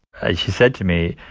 ah he said to me,